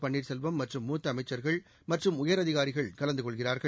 பன்னீர்செல்வம் மற்றும் மூத்த அமைச்சர்கள் மற்றும் உயரதிகாரிகள் கலந்து கொள்கிறார்கள்